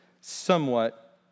somewhat